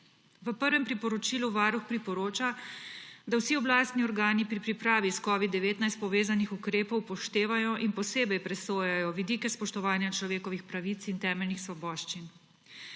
V prvem priporočilu Varuh priporoča, da vsi oblastni organi pri pripravi s covidom-19 povezanih ukrepov upoštevajo in posebej presojajo vidike spoštovanja človekovih pravic in temeljnih svoboščin.